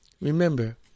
Remember